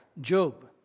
Job